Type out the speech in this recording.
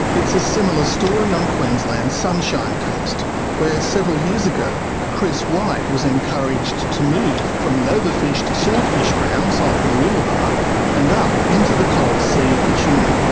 it's a similar story on queensland's sunshine coast, where several years ago chris white was encouraged to move from the overfished swordfish grounds off mooloolaba and up into the coral sea for tuna.